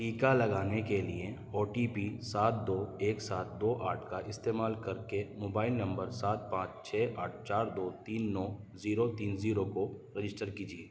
ٹیکا لگانے کے لیے او ٹی پی سات دو ایک سات دو آٹھ کا استعمال کر کے موبائل نمبر سات پانچ چھ آٹھ چار دو تین نو زیرو تین زیرو کو رجسٹر کیجیے